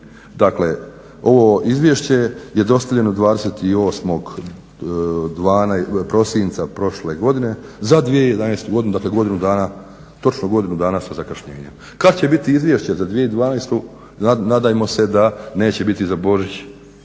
Dakle, ovo izvješće je dostavljeno 28. prosinca prošle godine za 2011. godinu, dakle godinu dana, točno godinu dana sa zakašnjenjem. Kad će biti Izvješće za 2012.? Nadajmo se da neće biti za Božić